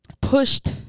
pushed